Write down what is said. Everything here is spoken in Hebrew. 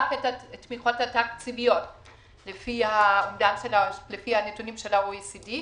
רק את התמיכות התקציביות לפי הנתונים של ה-OECD.